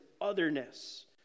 otherness